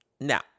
Now